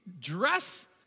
dress